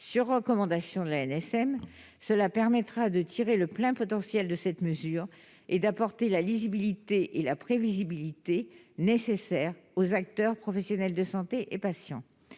sur recommandation de l'ANSM. Cela permettra de tirer le plein potentiel de cette mesure, et d'apporter la lisibilité et la prévisibilité nécessaires aux acteurs, professionnels de santé et patients.